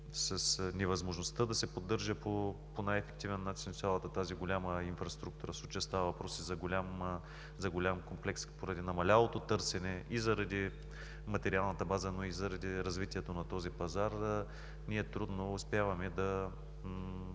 с невъзможността да се поддържа по най-ефективен начин цялата тази голяма инфраструктура, в случая става въпрос и за големия комплекс, поради намалялото търсене и заради материалната база, но и заради развитието на този пазар трудно успяваме да